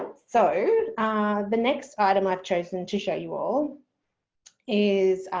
so the next item i've chosen to show you all is